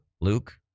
Luke